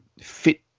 fit